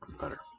Better